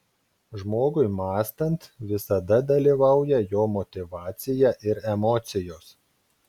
žmogui mąstant visada dalyvauja jo motyvacija ir emocijos